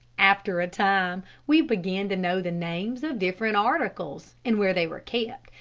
after a time we began to know the names of different articles, and where they were kept,